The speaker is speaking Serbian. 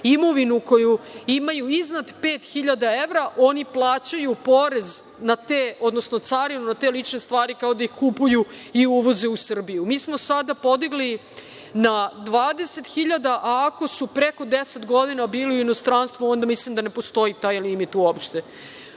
imovinu koju imaju iznad 5.000 evra, oni plaćaju carinu na te lične stvari kao da ih kupuju i uvoze u Srbiju. Mi smo sada podigli na 20.000, a ako su preko 10 godina bili u inostranstvu onda mislim da ne postoji taj limitu